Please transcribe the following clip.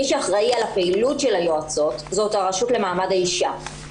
מי שאחראי על הפעילות של היועצות זה הרשות למעמד האישה.